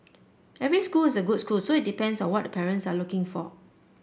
every schools is a good school so it depends on what the parents are looking for